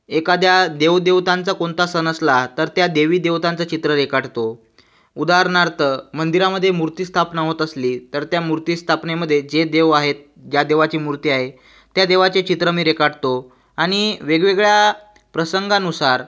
एखाद्या देवदेवतांचा कोणता सण असला तर त्या देवीदेवतांचे चित्र रेखाटतो उदाहरणार्थ मंदिरामध्ये मूर्ती स्थापना होत असली तर त्या मूर्ती स्थापनेमध्ये जे देव आहेत ज्या देवाची मूर्ती आहे त्या देवाचे चित्र मी रेखाटतो आणि वेगवेगळ्या प्रसंगानुसार